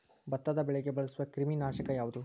ಭತ್ತದ ಬೆಳೆಗೆ ಬಳಸುವ ಕ್ರಿಮಿ ನಾಶಕ ಯಾವುದು?